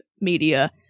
media